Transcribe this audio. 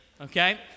Okay